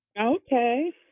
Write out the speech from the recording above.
Okay